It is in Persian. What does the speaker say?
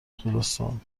خوزستان